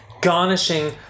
garnishing